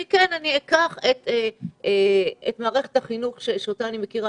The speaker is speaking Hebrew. אני אקח כדוגמה את מערכת החינוך אותה אני מכירה